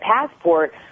passport